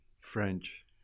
French